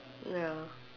ya